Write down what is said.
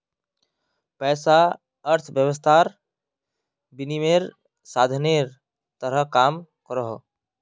पैसा अर्थवैवस्थात विनिमयेर साधानेर तरह काम करोहो